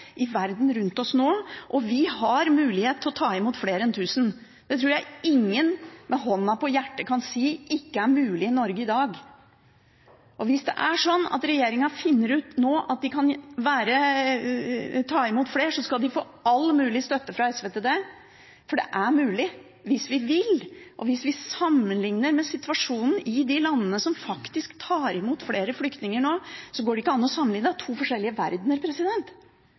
i verden rundt oss nå, og vi har mulighet til å ta imot flere enn 1 000. Det tror jeg ingen med hånda på hjertet kan si ikke er mulig i Norge i dag. Hvis det er sånn at regjeringen nå finner ut at de kan ta imot flere, skal de få all mulig støtte fra SV til det. For det er mulig – hvis vi vil. Hvis vi sammenligner med situasjonen i de landene som faktisk tar imot flere flyktninger nå, er det to forskjellige